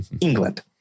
England